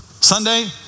Sunday